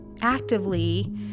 actively